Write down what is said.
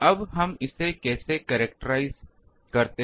अब हम इसे कैसे कॅरक्टरिज़े करते हैं